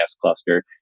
cluster